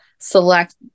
select